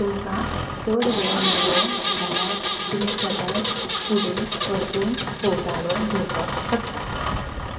तुमकां चड वेळ मेळ्ळो जाल्यार तुमी सदांच फुडे परतून भोंवताडो घेवपाक शकता